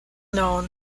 known